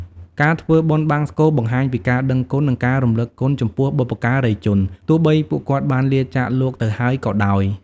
ការធ្វើបុណ្យបង្សុកូលបង្ហាញពីការដឹងគុណ និងការរំលឹកគុណចំពោះបុព្វការីជន ទោះបីពួកគាត់បានលាចាកលោកទៅហើយក៏ដោយ។